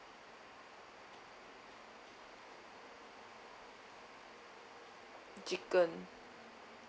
chicken